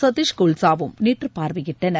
சதீஷ் கோல்சாவும் நேற்று பார்வையிட்டனர்